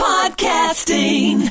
Podcasting